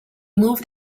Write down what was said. moved